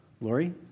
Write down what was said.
Lori